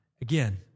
again